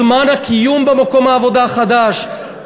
זמן הקיום במקום העבודה החדש,